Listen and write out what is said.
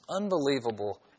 Unbelievable